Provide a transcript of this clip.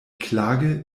klage